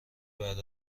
بعد